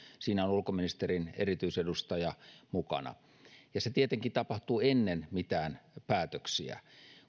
siinä on ulkoministerin erityisedustaja mukana se tietenkin tapahtuu ennen mitään päätöksiä